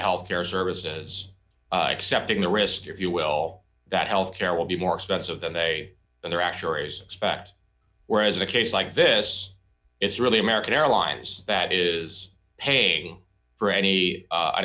health care services excepting the risk if you will that health care will be more expensive than they and their actuaries expect whereas in a case like this it's really american airlines that is paying for any